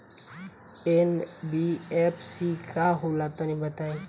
NBFC का होला तनि बताई?